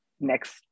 next